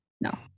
No